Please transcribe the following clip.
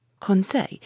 Conseil